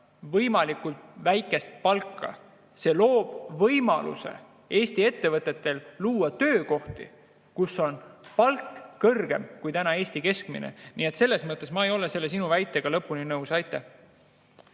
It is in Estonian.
võimalikult väikest palka. See loob võimaluse Eesti ettevõtetel luua töökohti, kus on palk kõrgem kui tänane Eesti keskmine. Nii et selles mõttes ma ei ole sinu väitega lõpuni nõus. Aitäh!